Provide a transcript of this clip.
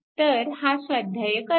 तर हा स्वाध्याय करा